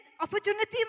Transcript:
opportunity